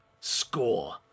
Score